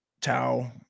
Tau